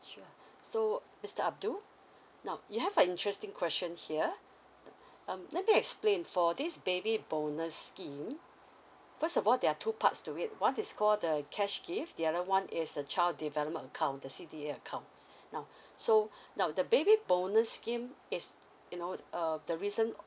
sure so mister abdul now you have an interesting question here um let me explain for this baby bonus scheme first of all there are two parts to it one is call the cash gift the other one is a child development account the C_D_A account now so now the baby bonus scheme is you know uh the reason